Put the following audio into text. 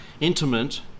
intimate